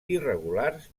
irregulars